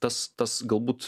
tas tas galbūt